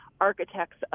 architects